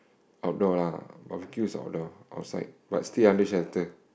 outdoor lah barbecue is outdoor outside but still under shelter